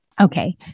Okay